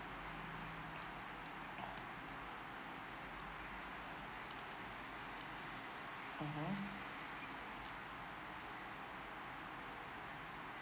mmhmm